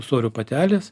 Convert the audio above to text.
ūsorių patelės